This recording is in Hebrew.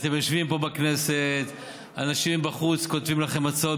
אתם יושבים פה בכנסת, אנשים בחוץ כותבים לכם הצעות